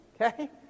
okay